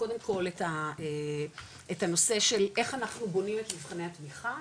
קודם כל את הנושא של איך אנחנו בונים את מבחני התמיכה,